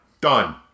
Done